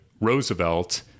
roosevelt